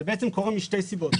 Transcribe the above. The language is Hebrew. זה בעצם קורה משתי סיבות.